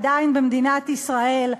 עדיין במדינת ישראל,